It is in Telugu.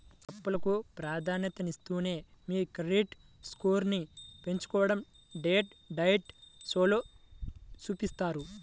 అప్పులకు ప్రాధాన్యతనిస్తూనే మీ క్రెడిట్ స్కోర్ను పెంచుకోడం డెట్ డైట్ షోలో చూపిత్తారు